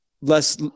less